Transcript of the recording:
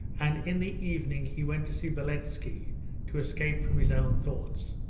and in the evening he went to see beletski to escape from his own thoughts.